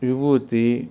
ವಿಭೂತಿ